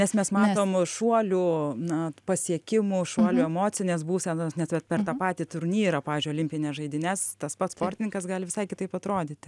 nes mes matom šuolių na pasiekimų šuolių emocinės būsenos net vat per tą patį turnyrą pavyzdžiui olimpines žaidynes tas pats sportininkas gali visai kitaip atrodyti